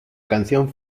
canción